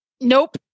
Nope